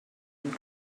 and